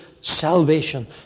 salvation